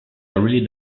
really